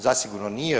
Zasigurno nije.